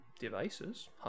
devices